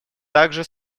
также